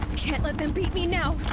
can't let them beat me now!